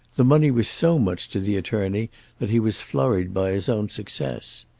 the money was so much to the attorney that he was flurried by his own success.